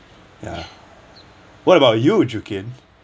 ya what about you